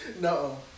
No